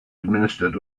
administered